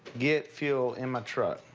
get fuel in my truck.